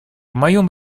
моем